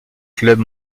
clubs